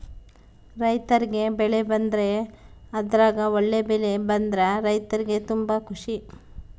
ರೈರ್ತಿಗೆ ಬೆಳೆ ಬಂದ್ರೆ ಅದ್ರಗ ಒಳ್ಳೆ ಬೆಳೆ ಬಂದ್ರ ರೈರ್ತಿಗೆ ತುಂಬಾ ಖುಷಿ